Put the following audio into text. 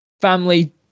Family